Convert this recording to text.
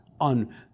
on